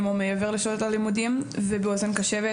או מעבר לשעות הלימודים ובאוזן קשבת.